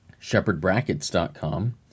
shepherdbrackets.com